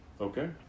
Okay